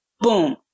Boom